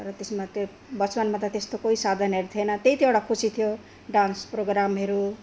तर त्यसमा त्यो बचपनमा त त्यस्तो केही साधनहरू थिएन त्यही चाहिँ एउटा खुसी थियो डान्स प्रोग्रामहरू